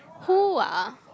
who ah